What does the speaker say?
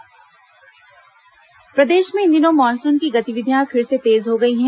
मौसम प्रदेश में इन दिनों मानसून की गतिविधियां फिर से तेज हो गई हैं